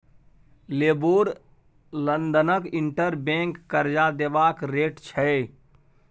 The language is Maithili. लेबोर लंदनक इंटर बैंक करजा देबाक रेट छै